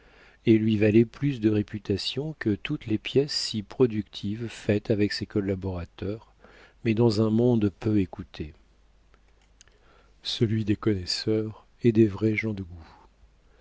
et lui valait plus de réputation que toutes les pièces si productives faites avec ses collaborateurs mais dans un monde peu écouté celui des connaisseurs et des vrais gens de